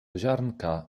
ziarnka